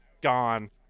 gone